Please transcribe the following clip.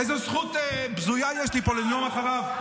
איזו זכות בזויה יש לי פה לנאום אחריו.